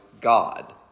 God